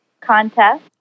contest